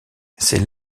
c’est